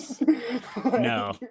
No